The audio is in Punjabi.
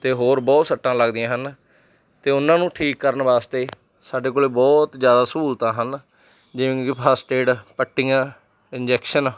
ਅਤੇ ਹੋਰ ਬਹੁਤ ਸੱਟਾਂ ਲੱਗਦੀਆਂ ਹਨ ਅਤੇ ਉਹਨਾਂ ਨੂੰ ਠੀਕ ਕਰਨ ਵਾਸਤੇ ਸਾਡੇ ਕੋਲ ਬਹੁਤ ਜ਼ਿਆਦਾ ਸਹੂਲਤਾਂ ਹਨ ਜਿਵੇਂ ਕਿ ਫਸਟ ਏਡ ਪੱਟੀਆਂ ਇੰਜੈਕਸ਼ਨ